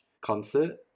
concert